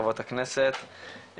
חברות הכנסת,